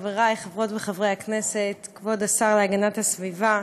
חברי חברות וחברי הכנסת, כבוד השר להגנת הסביבה,